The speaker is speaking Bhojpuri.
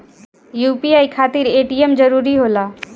यू.पी.आई खातिर ए.टी.एम जरूरी होला?